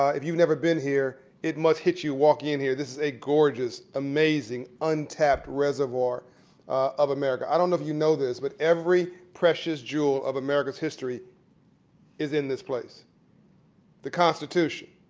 ah if you've never been here, it must hit you walking in here. this is a gorgeous, amazing, untapped reservoir of america. i don't know if you know this, but every precious jewel of america's history is in this place the constitution,